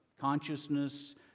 consciousness